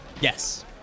Yes